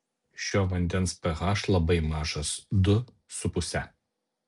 šio vandens ph labai mažas du su puse